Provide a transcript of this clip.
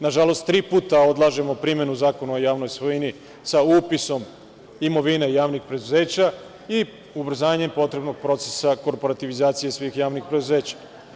Nažalost, tri puta odlažemo primenu Zakona o javnoj svojini sa upisom imovine javnih preduzeća i ubrzanjem potrebnog procesa korporativizacije svih javnih preduzeća.